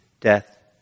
death